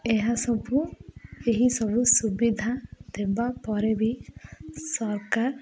ଏହାସବୁ ଏହିସବୁ ସୁବିଧା ଦେବା ପରେ ବି ସରକାର